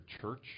church